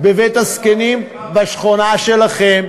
להיות בבית-הזקנים בשכונה שלכם,